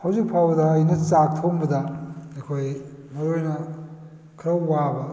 ꯍꯧꯖꯤꯛ ꯐꯥꯎꯕꯗ ꯑꯩꯅ ꯆꯥꯛ ꯊꯣꯡꯕꯗ ꯑꯩꯈꯣꯏ ꯃꯔꯨ ꯑꯣꯏꯅ ꯈꯔ ꯋꯥꯕ